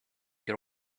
your